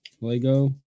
Lego